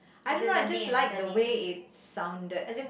I don't know I just like the way it sounded